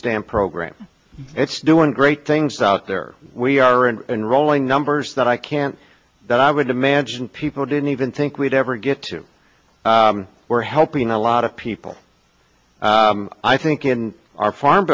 stamp program it's doing great things out there we are and rolling numbers that i can't that i would imagine people didn't even think we'd ever get to we're helping a lot of people i think in our farm